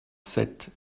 sept